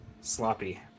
sloppy